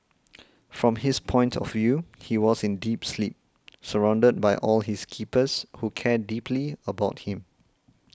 from his point of view he was in deep sleep surrounded by all his keepers who care deeply about him